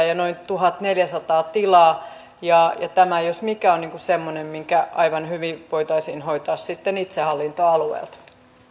ja noin tuhatneljäsataa tilaa ja tämä jos mikä on semmoinen mikä aivan hyvin voitaisiin hoitaa sitten itsehallintoalueelta